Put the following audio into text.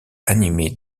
animée